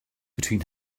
between